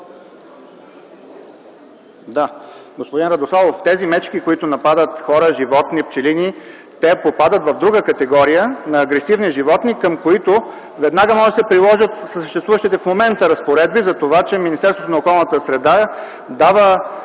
към господин Радославов е, че тези мечки, които нападат хора, животни, пчелини, попадат в друга категория – на агресивни животни, към които веднага може да се приложат съществуващите в момента разпоредби за това, че Министерството на околната среда и